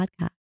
podcast